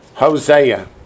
Hosea